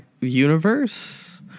Universe